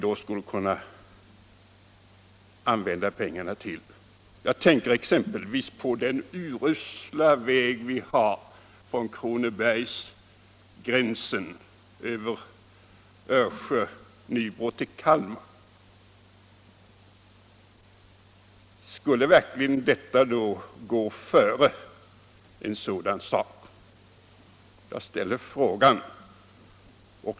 Jag tänker exempelvis på den urusla vägen från länsgränsen till Kronobergs län över Örsjö och Nybro till Kalmar. Skulle verkligen uppskovet gå före ett sådant arbete? Jag ställer frågan.